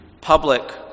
public